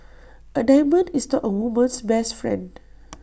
A diamond is not A woman's best friend